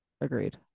Agreed